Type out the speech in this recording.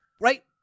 Right